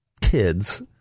kids